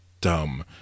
dumb